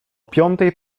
piątej